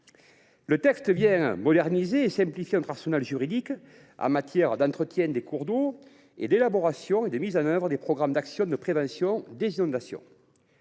Le texte vient moderniser et simplifier notre arsenal juridique en matière d’entretien des cours d’eau et d’élaboration et de mise en œuvre des programmes d’actions de prévention des inondations.